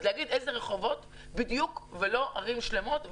אז לומר אילו רחובות בדיוק ולא ערים שלמות.